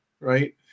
right